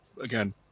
again